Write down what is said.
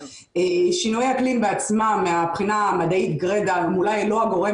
שינויי אקלים בעצמם מהבחינה המדעית גרידא הם אולי לא הגורם